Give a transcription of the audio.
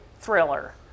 thriller